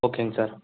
ஓகேங்க சார்